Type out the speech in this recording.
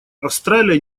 австралия